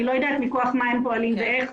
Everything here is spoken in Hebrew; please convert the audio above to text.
אני לא יודעת מכוח מה הם פועלים שם.